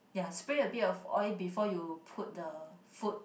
ya spray a bit of oil before you put the food